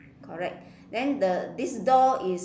correct then the this door is